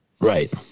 Right